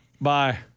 Bye